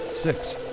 six